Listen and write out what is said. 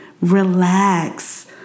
Relax